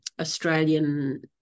Australian